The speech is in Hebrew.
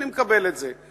אני מקבל את זה.